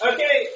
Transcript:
Okay